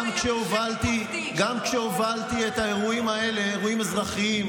גם כשהובלתי את האירועים האלה, אירועים אזרחיים,